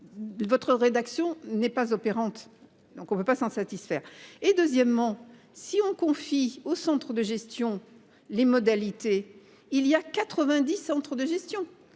Votre rédaction n'est pas opérante. Donc on ne peut pas s'en satisfaire. Et deuxièmement, si on confie au Centre de gestion. Les modalités il y a 90 centres de gestion.